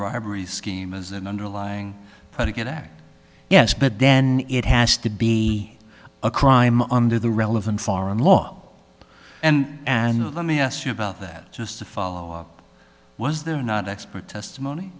bribery scheme as an underlying predicate act yes but then it has to be a crime under the relevant foreign law and and let me ask you about that just a follow up was there not expert testimony